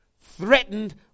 Threatened